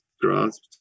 Grasp